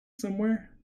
somewhere